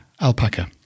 Alpaca